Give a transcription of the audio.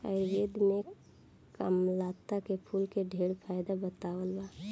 आयुर्वेद में कामलता के फूल के ढेरे फायदा बतावल बा